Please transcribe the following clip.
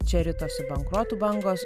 čia ritosi bankrotų bangos